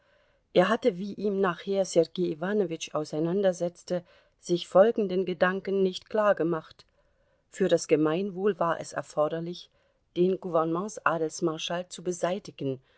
er hatte wie ihm nachher sergei iwanowitsch auseinandersetzte sich folgenden gedanken nicht klargemacht für das gemeinwohl war es erforderlich den gouvernements adelsmarschall zu beseitigen